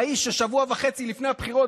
האיש ששבוע וחצי לפני הבחירות,